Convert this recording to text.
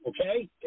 okay